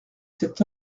cet